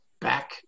back